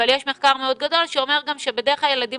אבל יש מחקר מאוד גדול שאומר גם שבדרך-כלל הילדים